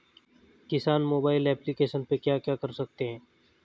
किसान mobile application पे क्या क्या कर सकते हैं?